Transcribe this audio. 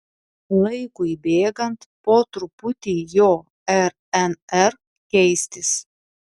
laikui bėgant po truputį jo rnr keistis